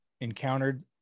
encountered